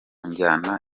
njyana